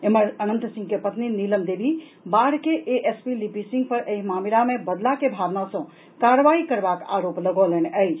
एम्हर अनंत सिंह के पत्नी नीलम देवी बाढ़ के एएसपी लिपि सिंह पर एहि मामिला मे बदला के भावना सॅ कार्रवाई करबाक आरोप लगौलनि अछि